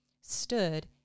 stood